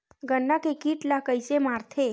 गन्ना के कीट ला कइसे मारथे?